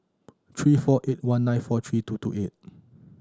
three four eight one nine four three two two eight